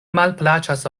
malplaĉas